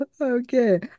Okay